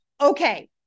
Okay